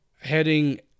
heading